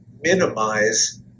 minimize